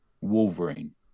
Wolverine